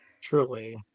truly